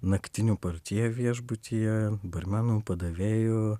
naktiniu portjė viešbutyje barmenu padavėju